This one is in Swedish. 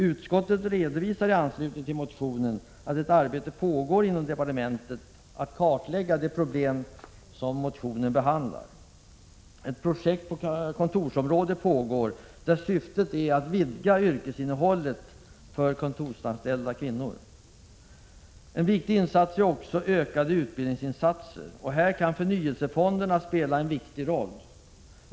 Utskottet redovisar i anslutning till motionen att ett arbete bedrivs inom departementet att kartlägga de problem som motionen behandlar. Ett projekt på kontorsområdet pågår, där syftet är att vidga yrkesinnehållet för kontorsanställda kvinnor. En viktig insats är också ökade utbildningsinsatser, och här kan förnyelsefonderna spela en viktig roll.